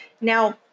Now